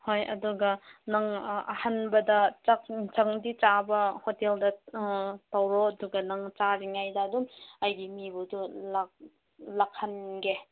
ꯍꯣꯏ ꯑꯗꯨꯒ ꯅꯪ ꯑꯍꯥꯟꯕꯗ ꯆꯥꯛ ꯑꯦꯟꯁꯥꯡꯗꯤ ꯆꯥꯕ ꯍꯣꯇꯦꯜꯗ ꯇꯧꯔꯣ ꯑꯗꯨꯒ ꯅꯪ ꯆꯥꯔꯤꯉꯩꯗ ꯑꯗꯨꯝ ꯑꯩꯒꯤ ꯃꯤꯕꯨꯗꯨ ꯂꯥꯛꯍꯟꯒꯦ